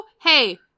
hey